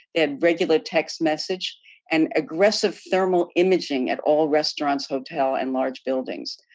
they had regular text message and aggressive thermal imaging at all restaurants, hotel, and large buildings.